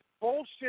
bullshit